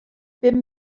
bum